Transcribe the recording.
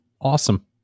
awesome